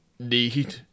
Need